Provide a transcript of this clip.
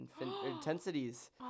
Intensities